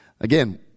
again